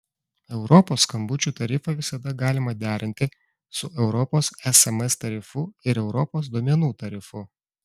europos skambučių tarifą visada galima derinti su europos sms tarifu ir europos duomenų tarifu